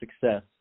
success